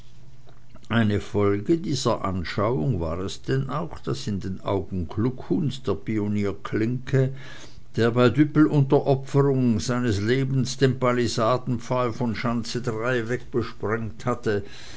eine folge dieser anschauung war es denn auch daß in den augen kluckhuhns der pionier klinke der bei düppel unter opferung seines lebens den palisadenpfahl von schanze drei weggesprengt hatte